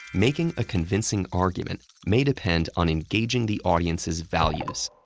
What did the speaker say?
making a convincing argument may depend on engaging the audience's values.